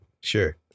Sure